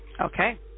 Okay